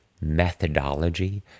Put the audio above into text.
methodology